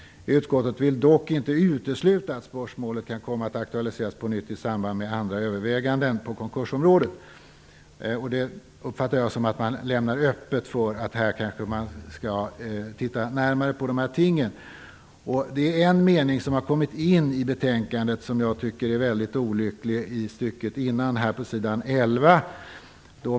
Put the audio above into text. Utskottet vill dock inte utesluta att spörsmålet kan komma att aktualiseras på nytt i samband med andra överväganden på konkursområdet." Det uppfattar jag som att man lämnar öppet för att man här kanske skall titta närmare på de här tingen. Det är en mening som har kommit in i betänkandet som jag tycker är mycket olycklig. Den finns på s.11 i stycket före det jag citerade.